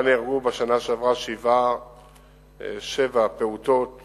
שבהן נהרגו בשנה שעברה שבעה פעוטות